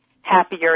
happier